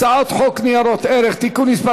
הצעת חוק ניירות ערך (תיקון מס'